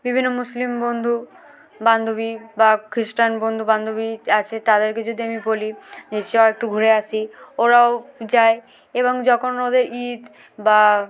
বিভিন্ন মুসলিম বন্ধু বান্ধবী বা খ্রিস্টান বন্ধুবান্ধবী আছে তাদেরকে যদি আমি বলি যে চ একটু ঘুরে আসি ওরাও যায় এবং যখন ওদের ঈদ বা